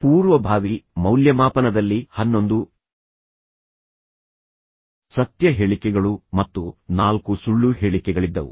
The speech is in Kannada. ಪೂರ್ವಭಾವಿ ಮೌಲ್ಯಮಾಪನದಲ್ಲಿ ಹನ್ನೊಂದು ಸತ್ಯ ಹೇಳಿಕೆಗಳು ಮತ್ತು ನಾಲ್ಕು ಸುಳ್ಳು ಹೇಳಿಕೆಗಳಿದ್ದವು